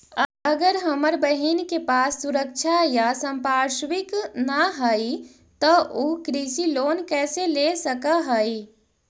अगर हमर बहिन के पास सुरक्षा या संपार्श्विक ना हई त उ कृषि लोन कईसे ले सक हई?